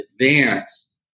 advance